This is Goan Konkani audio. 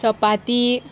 चपाती